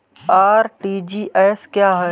RTGS क्या है?